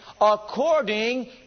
according